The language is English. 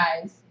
guys